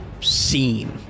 scene